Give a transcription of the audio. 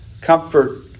Comfort